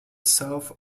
south